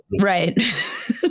right